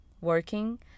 working